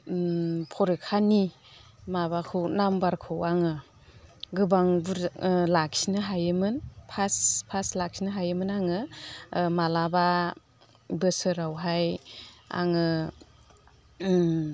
परिखानि माबाखौ नाम्बारखौ आङो गोबां बुरजा लाखिनो हायोमोन फार्स्ट फार्स्ट लाखिनो हायोमोन आङो माब्लाबा बोसोरावहाय आङो